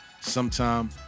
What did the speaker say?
sometime